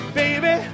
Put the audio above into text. baby